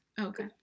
Okay